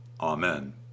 Amen